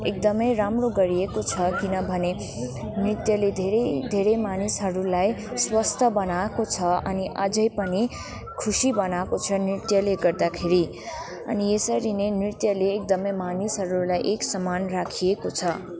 एकदमै राम्रो गरिएको छ किनभने नृत्यले धेरै धेरै मानिसहरूलाई स्वस्थ बनाएको छ अनि अझै पनि खुसी बनाएको छ नृत्यले गर्दाखेरि अनि यसरी नै नृत्यले एकदमै मानिसहरूलाई एक समान राखिएको छ